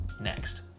next